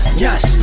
Yes